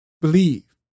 believe